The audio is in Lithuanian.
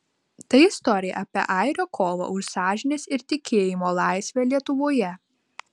tai istorija apie airio kovą už sąžinės ir tikėjimo laisvę lietuvoje